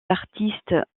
artistes